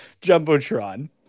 Jumbotron